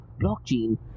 blockchain